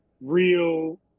real